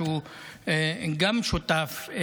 גם הוא שותף,